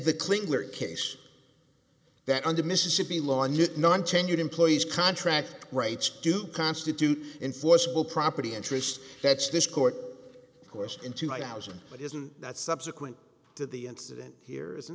case that under mississippi law and non tenured employees contract rights to constitute enforceable property interest that's this court course in two thousand but isn't that subsequent to the incident here isn't